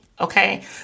okay